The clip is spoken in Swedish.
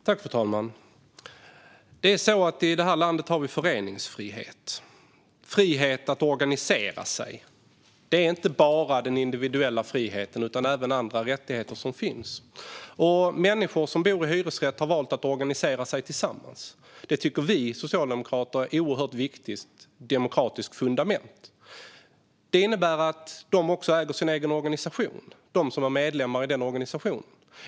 Fru talman! Det är så att vi har föreningsfrihet här i landet - frihet att organisera oss. Det finns inte bara individuella friheter utan även andra rättigheter. Människor som bor i hyresrätt har valt att organisera sig tillsammans. Det tycker vi socialdemokrater är ett oerhört viktigt demokratiskt fundament. Det innebär också att medlemmarna äger sin organisation.